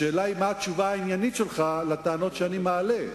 השאלה היא מהי התשובה העניינית שלך על הטענות שאני מעלה,